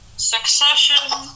Succession